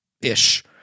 ish